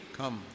come